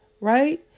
right